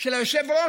של היושב-ראש,